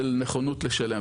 של נכונות לשלם.